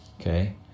okay